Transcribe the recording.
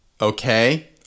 Okay